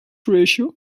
ratio